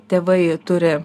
tėvai turi